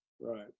Right